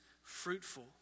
Fruitful